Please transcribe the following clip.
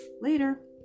Later